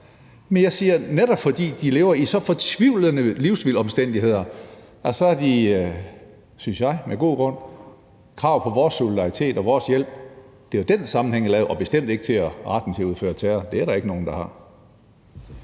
men jeg siger, at netop fordi de lever i så fortvivlende livsomstændigheder, har de – synes jeg – med god grund krav på vores solidaritet og vores hjælp. Det var den sammenhæng, jeg lavede, og det var bestemt ikke retten til at udføre terror. Det er der ikke nogen der har.